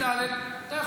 שיעור ד' אתה,